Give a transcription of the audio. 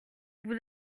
vous